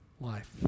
life